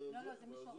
האוצר.